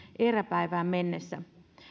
eräpäivään mennessä